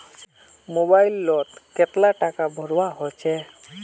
Mobile लोत कतला टाका भरवा होचे?